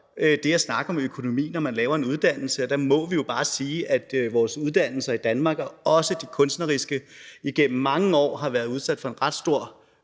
det at snakke om økonomi, når man laver en uddannelse. Og der må vi jo bare sige, at vores uddannelser i Danmark, også de kunstneriske, igennem mange år har været udsat for en ret stor